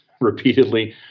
repeatedly